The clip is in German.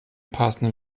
passenden